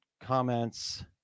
comments